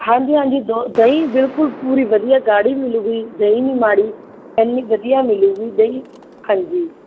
ਹਾਂਜੀ ਹਾਂਜੀ ਦੁ ਦਹੀਂ ਬਿਲਕੁਲ ਪੂਰੀ ਵਧੀਆ ਗਾੜ੍ਹੀ ਮਿਲੇਗੀ ਦਹੀਂ ਨਹੀਂ ਮਾੜੀ ਇੰਨੀ ਵਧੀਆ ਮਿਲੇਗੀ ਦਹੀਂ ਹਾਂਜੀ